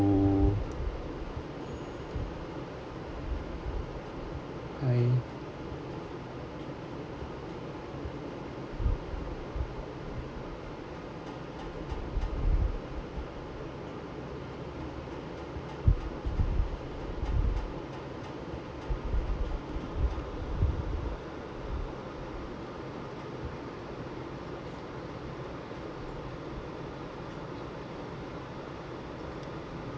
to I